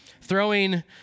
throwing